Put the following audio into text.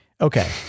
okay